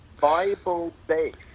Bible-based